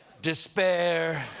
despair.